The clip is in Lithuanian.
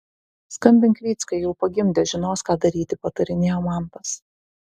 skambink vyckai jau pagimdė žinos ką daryti patarinėjo mantas